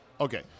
Okay